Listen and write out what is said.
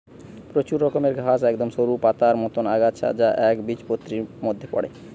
প্রচুর রকমের ঘাস একদম সরু পাতার মতন আগাছা যা একবীজপত্রীর মধ্যে পড়ে